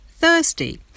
thirsty